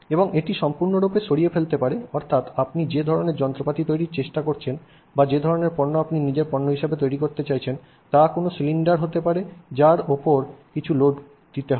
এবং এটি সম্পূর্ণরূপে সরিয়ে ফেলতে পারে অর্থাৎ আপনি যে ধরণের যন্ত্রপাতি তৈরির চেষ্টা করছেন বা যে ধরণের পণ্য আপনি নিজের পণ্য হিসাবে তৈরি করতে চাইছেন তা কোনও সিলিন্ডার হতে পারে যার উপর কিছু লোড করতে হয়